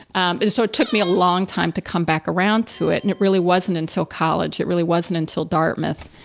um it so took me a long time to come back around to it, and nd it really wasn't until college it really wasn't until dartmouth,